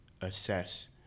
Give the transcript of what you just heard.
assess